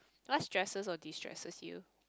what stresses or destresses you